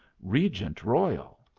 regent royal.